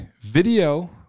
video